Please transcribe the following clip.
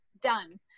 Done